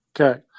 Okay